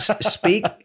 Speak